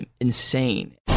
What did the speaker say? insane